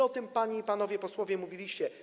O tym panie i panowie posłowie mówiliście.